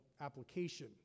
application